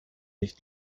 nicht